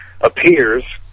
appears